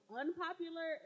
unpopular